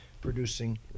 producing